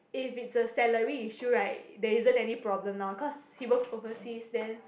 if it's a salary issue right there isn't any problem now cause he works overseas then